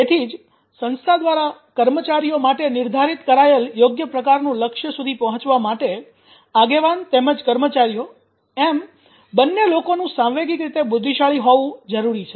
તેથી જ સંસ્થા દ્વારા કર્મચારીઓ માટે નિર્ધારિત કરાયેલ યોગ્ય પ્રકારનું લક્ષ્ય સુધી પહોચવા માટે આગેવાન તેમજ કર્મચારીઓ - એમ બંને લોકોનું સાંવેગિક રીતે બુદ્ધિશાળી હોવું જરૂરી છે